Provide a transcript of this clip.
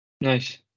nice